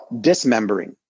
dismembering